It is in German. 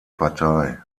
partei